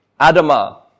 Adama